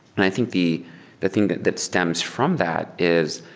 and i think the the thing that that stems from that is,